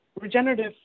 regenerative